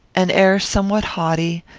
an air somewhat haughty,